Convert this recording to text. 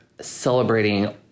celebrating